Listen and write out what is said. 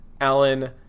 Alan